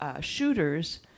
Shooters